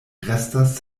restas